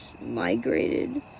migrated